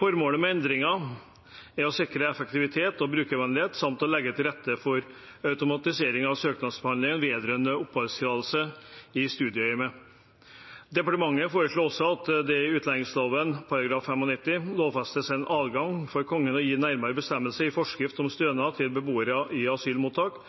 Formålet med endringen er å sikre effektivitet og brukervennlighet samt å legge til rette for automatisering av søknadsbehandlingen vedrørende oppholdstillatelse i studieøyemed. Departementet foreslår også at det i utlendingsloven § 95 lovfestes en adgang for Kongen til å gi nærmere bestemmelse i forskrift om stønad til beboere i asylmottak,